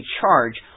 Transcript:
charge